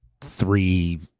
three